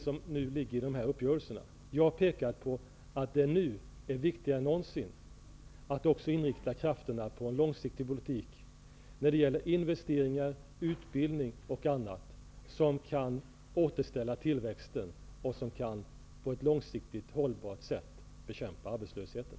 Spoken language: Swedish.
Jag har pekat på att det nu är viktigare än någonsin att också inrikta krafterna på en långsiktig politik när det gäller investeringar, utbildning och annat som kan återställa tillväxten och på ett hållbart sätt bekämpa arbetslösheten.